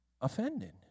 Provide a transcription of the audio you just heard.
Offended